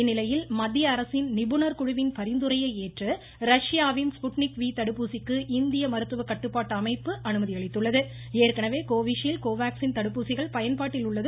இந்நிலையில் மத்திய அரசின் நிபுணர் குழுவின் பரிந்துரையை ஏற்று ரஷ்யாவின் ஸ்புட்னிக் வி தடுப்பூசிக்கு இந்திய மருத்துவ கட்டுப்பாட்டு அமைப்பு அனுமதி கோவிஷீல்டு கோவாக்சின் தடுப்பூசிகள் பயன்பாட்டில் அளித்துள்ளது